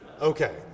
okay